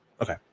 Okay